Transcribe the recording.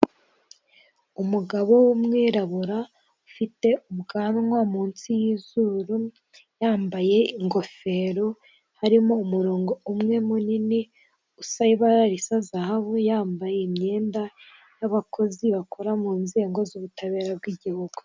Umugabo w'umwirabura ufite ubwanwa munsi y'izuru, yambaye ingofero harimo umuronko umwe munini, ufite ibara risa zahabu, yambaye imyenda y'abakozi bakora mu nzego z'ubutabera mu gihugu.